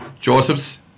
Josephs